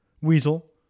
Weasel